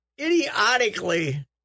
idiotically